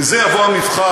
מזה יבוא המבחר,